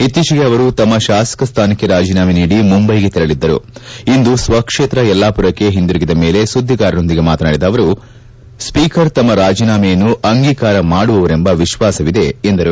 ಇತ್ತೀಚೆಗೆ ಅವರು ತಮ್ಮ ಶಾಸಕ ಸ್ಹಾನಕ್ಕೆ ರಾಜೀನಾಮೆ ನೀಡಿ ಮುಂಬೈಗೆ ತೆರಳದ್ದರು ಇಂದು ಸ್ವಕ್ಷೇತ್ರ ಯಲ್ಹಾಪುರಕ್ಕೆ ಹಿಂತಿರುಗಿದ ಮೇಲೆ ಸುದ್ಗಿಗಾರರೊಂದಿಗೆ ಮಾತನಾಡಿದ ಅವರು ಸ್ವೀಕರ್ ತಮ್ಮ ರಾಜೀನಾಮೆಯನ್ನು ಅಂಗೀಕಾರ ಮಾಡುವವರೆಂಬ ವಿಶ್ವಾಸವಿದೆ ಎಂದರು